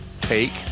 Take